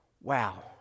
wow